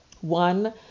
One